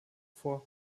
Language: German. vor